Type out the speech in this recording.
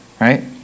right